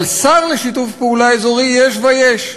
אבל שר לשיתוף פעולה אזורי יש ויש,